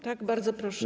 Tak, bardzo proszę.